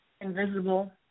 invisible